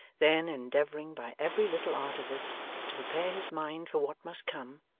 then endeavouring by every little artifice to prepare his mind for what must come,